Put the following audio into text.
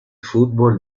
fútbol